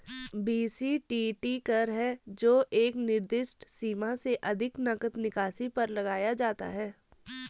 BCTT कर है जो एक निर्दिष्ट सीमा से अधिक नकद निकासी पर लगाया जाता है